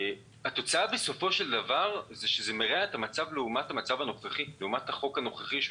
התוצאה בסופו של דבר היא שזה מרע את המצב לעומת החוק הנוכחי,